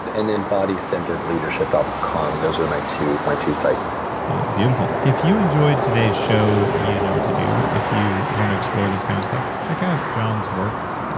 and and then bodycenteredleadership dot com. those are my two my two sites beautiful. if you enjoyed today's show, you know what to do. if you want to explore this kind of stuff, check out john's work.